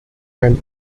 and